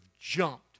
jumped